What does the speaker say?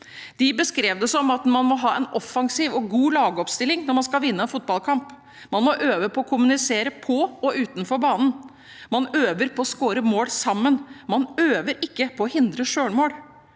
De beskrev det som at man må ha en offensiv og god lagoppstilling når man skal vinne en fotballkamp. Man må øve på å kommunisere på og utenfor banen. Man øver på å score mål sammen. Man øver ikke på å hindre selvmål.